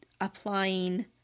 applying